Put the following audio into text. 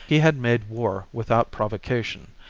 he had made war without provocation,